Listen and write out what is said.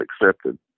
accepted